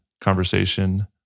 Conversation